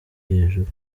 hejuru